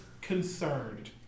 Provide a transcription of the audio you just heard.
concerned